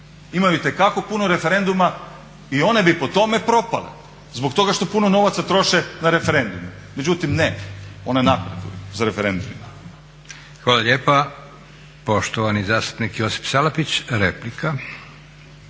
imaju itekako puno referenduma i one bi po tome propale zbog toga što puno novaca troše na referendum. Međutim ne, one napreduju sa referendumima. **Leko, Josip (SDP)** Hvala lijepa. Poštovani zastupnik Josip Salapić, replika.